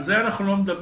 על זה אנחנו לא מדברים.